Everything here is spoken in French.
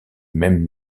même